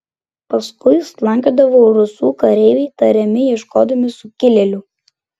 paskui slankiodavo rusų kareiviai tariamai ieškodami sukilėlių